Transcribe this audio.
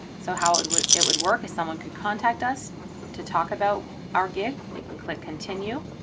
so how it would it would work. if someone could contact us to talk about our gig, they can click continue.